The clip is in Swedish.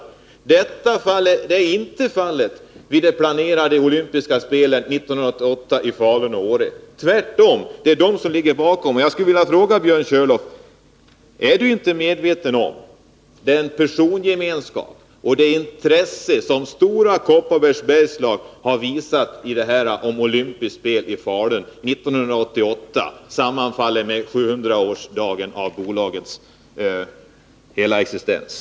Men detta blir inte fallet vid planerandet av de olympiska spelens förläggande till Falun och Åre 1988, utan det är tvärtom dessa intressen som ligger bakom det förslaget. Jag skulle vilja fråga Björn Körlof, om han är medveten om att den persongemenskap och det intresse som Stora Kopparbergs Bergslag har visat för olympiska spel i Falun 1988 sammanfaller med firandet av dagen för bolagets 700-åriga existens.